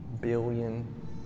billion